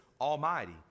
Almighty